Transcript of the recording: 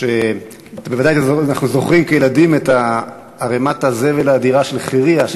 בוודאי אנחנו זוכרים כילדים את ערמת הזבל האדירה של חירייה,